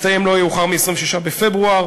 תסתיים לא יאוחר מ-26 בפברואר,